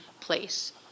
place